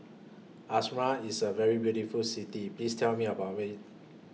Asmara IS A very beautiful City Please Tell Me above IT